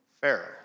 Pharaoh